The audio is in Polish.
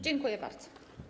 Dziękuję bardzo.